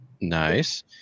Nice